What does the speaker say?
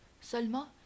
seulement